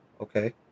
Okay